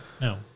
no